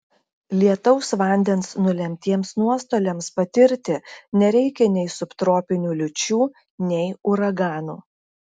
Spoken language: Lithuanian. lietaus vandens nulemtiems nuostoliams patirti nereikia nei subtropinių liūčių nei uraganų